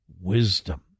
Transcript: wisdom